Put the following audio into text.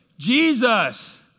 Jesus